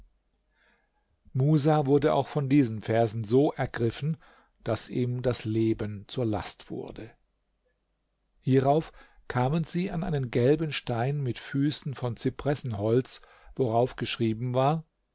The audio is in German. musa wurde auch von diesen versen so ergriffen daß ihm das leben zur last wurde hierauf kamen sie an einen gelben stein mit füßen von cypressenholz worauf geschrieben war